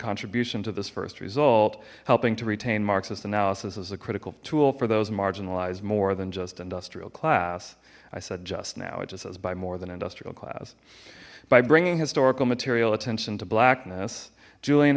contribution to this first result helping to retain marxist analysis as a critical tool for those marginalized more than just industrial class i said just now it just says by more than industrial class by bringing historical material attention to blackness julian